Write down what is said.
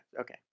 okay